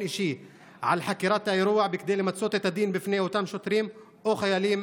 אישי על חקירת האירוע כדי למצות את הדין עם אותם שוטרים או חיילים